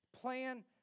plan